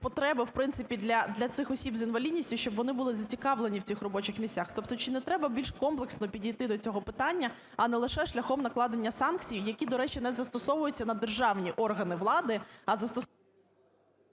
для цих осіб з інвалідністю, щоб вони були зацікавлені в цих робочих місцях. Тобто чи не треба більш комплексно підійти до цього питання, а не лише шляхом накладення санкцій, які, до речі, не застосовуються на державні органи влади… ГОЛОВУЮЧИЙ. Дякую.